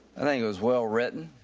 and i think it was well written,